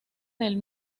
del